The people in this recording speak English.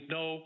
no